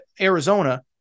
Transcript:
Arizona